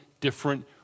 different